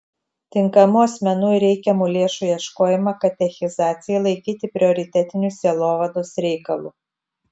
tinkamų asmenų ir reikiamų lėšų ieškojimą katechizacijai laikyti prioritetiniu sielovados reikalu